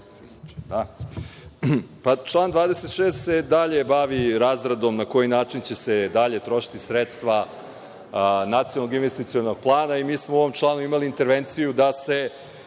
Član 26. se i dalje bavi razradom na koji način će se dalje trošiti sredstva Nacionalnog investicionog plana. Mi smo u ovom članu imali intervenciju da se